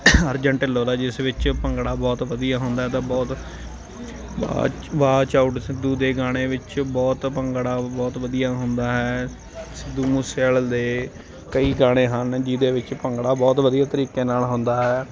ਅਰਜਨ ਢਿੱਲੋ ਦਾ ਜਿਸ ਵਿੱਚ ਭੰਗੜਾ ਬਹੁਤ ਵਧੀਆ ਹੁੰਦਾ ਤਾਂ ਬਹੁਤ ਵਾਚ ਆਊਟ ਸਿੱਧੂ ਦੇ ਗਾਣੇ ਵਿੱਚ ਬਹੁਤ ਭੰਗੜਾ ਬਹੁਤ ਵਧੀਆ ਹੁੰਦਾ ਹੈ ਸਿੱਧੂ ਮੂਸੇਵਾਲੇ ਦੇ ਕਈ ਗਾਣੇ ਹਨ ਜਿਹਦੇ ਵਿੱਚ ਭੰਗੜਾ ਬਹੁਤ ਵਧੀਆ ਤਰੀਕੇ ਨਾਲ ਹੁੰਦਾ ਹੈ